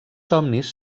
somnis